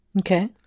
okay